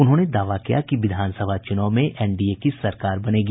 उन्होंने दावा किया कि विधानसभा चुनाव में एनडीए की सरकार बनेगी